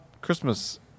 Christmas